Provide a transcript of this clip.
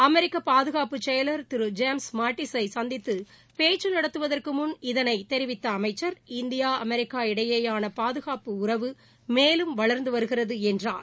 அமெிக்க பாதுகாப்பு செயலர் திரு ஜேம்ஸ் மாட்டீஸை சந்தித்து பேச்சு நடத்துவதற்கு முன் இதைத் தெரிவித்த அமைச்சா் இந்தியா அமெரிக்கா இடையேயான பாதுகாப்பு உறவுகள் மேலும் வளா்ந்து வருகிறது என்றார்